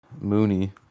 Mooney